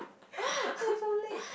why so late